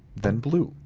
then blue,